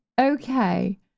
Okay